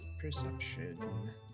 perception